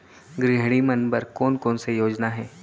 गृहिणी मन बर कोन कोन से योजना हे?